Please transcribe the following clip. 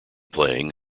playing